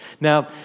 Now